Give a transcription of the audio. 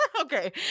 okay